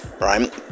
right